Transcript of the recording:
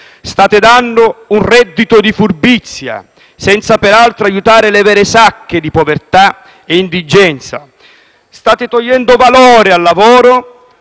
State dando un reddito di furbizia, senza peraltro aiutare le vere sacche di povertà e indigenza. State togliendo valore al lavoro